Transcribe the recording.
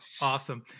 awesome